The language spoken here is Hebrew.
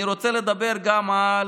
אני רוצה לדבר גם על